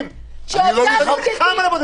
בודדים פתוחים --- אתה נלחם על הבודדים.